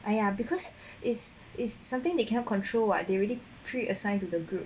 !aiya! because is is something they cannot control [what] they already pre assigned to the group